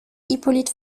hippolyte